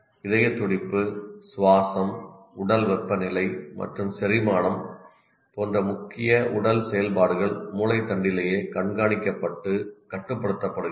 இதய துடிப்பு சுவாசம் உடல் வெப்பநிலை மற்றும் செரிமானம் போன்ற முக்கிய உடல் செயல்பாடுகள் மூளை தண்டிலேயே கண்காணிக்கப்பட்டு கட்டுப்படுத்தப்படுகின்றன